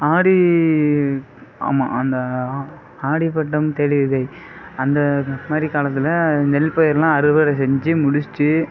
ஆடி ஆமாம் அந்த ஆடிப்பட்டம் தேடி விதை அந்தமாதிரி காலத்தில் நெல்பயிர்லாம் அறுவடை செஞ்சு முடிசசுட்டு